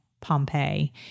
Pompeii